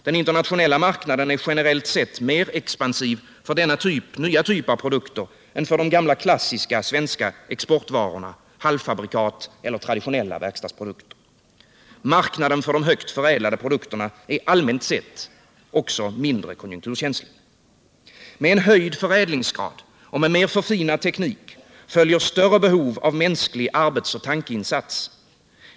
Den internationella marknaden är generellt sett mer expansiv för denna nya typ av produkter än för de gamla, klassiska svenska exportvarorna, halvfabrikat och traditionella verkstadsprodukter. Marknaden för de högt förädlade produkterna är allmänt sett också mindre konjunkturkänslig. Med höjd förädlingsgrad och mer förfinad teknik följer större behov av mänsklig arbetsoch tankeinsats.